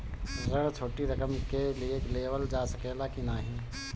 ऋण छोटी रकम के लिए लेवल जा सकेला की नाहीं?